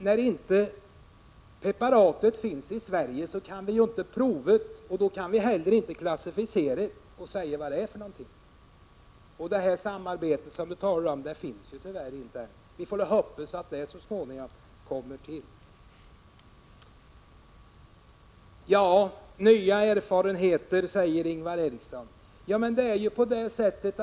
När ett preparat inte finns i Sverige, kan vi ju inte göra några tester eller någon klassificering. Det samarbete som Inga Lantz talar om finns tyvärr inte. Vi får hoppas att det så småningom kommer till stånd. Ingvar Eriksson talar om nya erfarenheter.